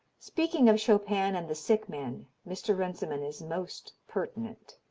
speaking of chopin and the sick men mr. runciman is most pertinent